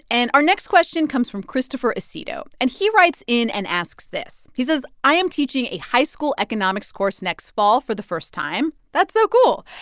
and our next question comes from christopher acedo. and he writes in and asks this. he says, i am teaching a high-school economics course next fall for the first time. that's so cool.